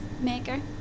maker